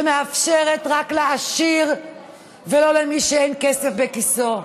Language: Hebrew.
שמאפשרת רק לעשיר ולא למי שאין כסף בכיסו?